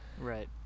right